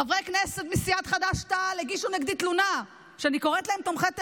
חברי כנסת מסיעת חד"ש-תע"ל הגישו נגדי תלונה שאני קוראת להם תומכי טרור.